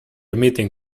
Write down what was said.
meeting